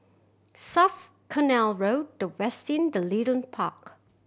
South Canal Road The Westin The Leedon Park